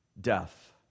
death